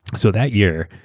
so that year,